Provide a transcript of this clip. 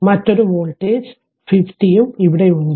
മറ്റൊരു വോൾട്ടേജ് 50 ഉം ഇവിടെ ഉണ്ട്